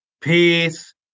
peace